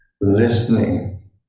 listening